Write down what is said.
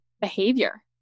behavior